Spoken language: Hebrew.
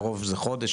קרוב זה חודש?